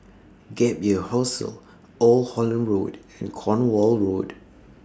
Gap Year Hostel Old Holland Road and Cornwall Road